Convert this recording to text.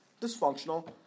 dysfunctional